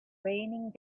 raining